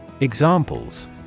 Examples